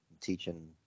teaching